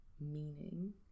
meaning